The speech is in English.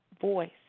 voice